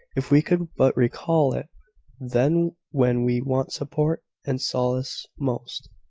if we could but recall it then when we want support and solace most.